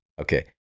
Okay